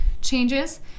changes